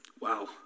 Wow